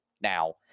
now